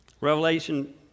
Revelation